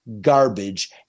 garbage